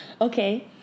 Okay